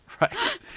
Right